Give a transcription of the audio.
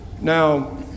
Now